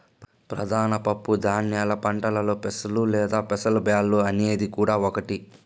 ప్రధాన పప్పు ధాన్యాల పంటలలో పెసలు లేదా పెసర బ్యాల్లు అనేది కూడా ఒకటి